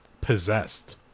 Possessed